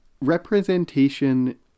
representation